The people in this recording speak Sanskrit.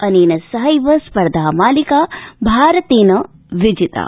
अनेन सहैव स्पर्धामालिका भारतेन विजिता